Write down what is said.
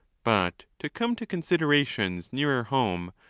but to come to considerations nearer home,